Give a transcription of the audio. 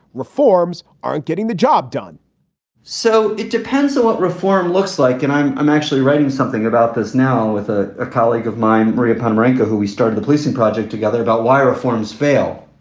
reforms aren't getting the job done so it depends on what reform looks like. and i'm i'm actually writing something about this now with ah a colleague of mine, barry upon ranka, who we started a policing project together about why reforms fail.